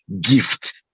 gift